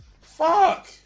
fuck